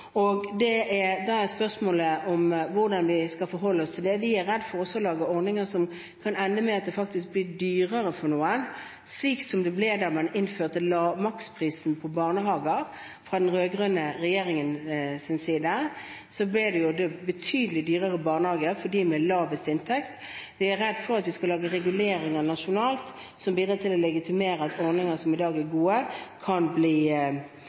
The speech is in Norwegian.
da er spørsmålet hvordan vi skal forholde oss til det. Vi er redd for å lage ordninger som kan ende med at det faktisk blir dyrere for noen, slik som det ble da den rød-grønne regjeringen innførte maksprisen i barnehager. Da ble det betydelig dyrere barnehage for dem med lavest inntekt. Vi er redd for at vi skal lage reguleringer nasjonalt som bidrar til å legitimere at ordninger som i dag er